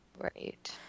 Right